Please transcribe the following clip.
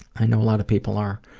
i know a lot of people are.